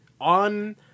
on